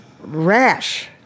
rash